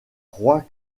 roy